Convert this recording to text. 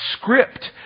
script